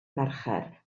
mercher